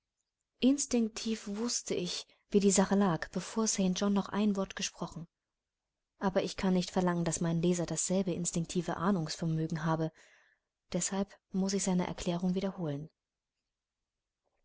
instinktiv wußte ich wie die sache lag bevor st john noch ein wort gesprochen aber ich kann nicht verlangen daß mein leser dasselbe instinktive ahnungsvermögen habe deshalb muß ich seine erklärung wiederholen